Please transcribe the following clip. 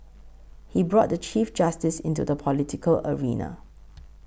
he brought the Chief Justice into the political arena